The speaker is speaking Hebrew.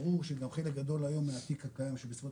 ברור שגם חלק גדול היום מהתיק הקיים של בסביבות